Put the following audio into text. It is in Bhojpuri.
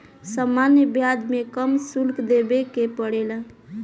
सामान्य ब्याज में कम शुल्क देबे के पड़ेला